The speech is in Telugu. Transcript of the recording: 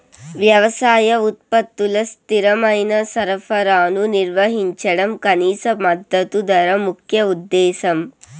వ్యవసాయ ఉత్పత్తుల స్థిరమైన సరఫరాను నిర్వహించడం కనీస మద్దతు ధర ముఖ్య ఉద్దేశం